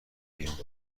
بیرون